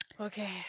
Okay